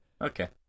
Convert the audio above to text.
Okay